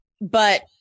But-